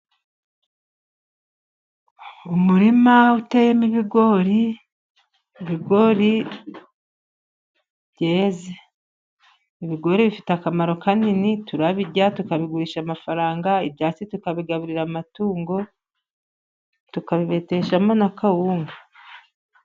Umurima uteyemo ibigori, ibigori byeze. Ibigori bifite akamaro kanini: turabirya, tukabigurisha amafaranga, ibyasi tukabigaburira amatungo, tukabibeteshamo n'akawunga.